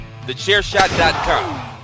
TheChairShot.com